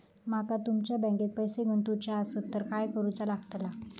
माका तुमच्या बँकेत पैसे गुंतवूचे आसत तर काय कारुचा लगतला?